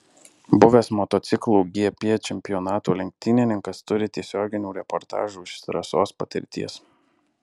buvęs motociklų gp čempionatų lenktynininkas turi tiesioginių reportažų iš trasos patirties